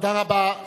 תודה רבה.